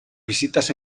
visitas